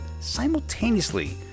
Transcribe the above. simultaneously